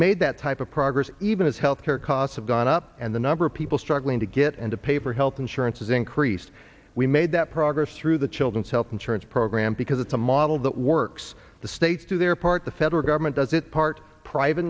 made that type of progress even as health care costs have gone up and the number of people struggling to get and to pay for health insurance is in priest we made that progress through the children's health insurance program because it's a model that works the states do their part the federal government does it part private